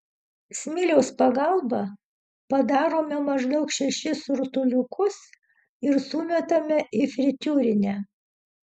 smiliaus pagalba padarome maždaug šešis rutuliukus ir sumetame į fritiūrinę